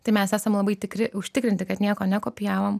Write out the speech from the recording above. tai mes esam labai tikri užtikrinti kad nieko nekopijavom